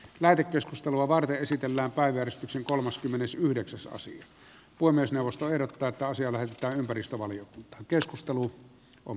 lähetekeskustelua varten esitellä päivystyksen kolmaskymmenesyhdeksäs asia on myös neuvostoerot rataosia välttää ympäristövalio keskustelu on